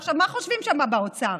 עכשיו, מה חושבים שם, באוצר?